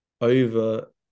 over